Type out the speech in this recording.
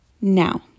now